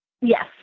Yes